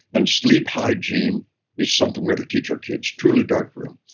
and sleep hygiene is something we oughtta teach our kids. truly dark room.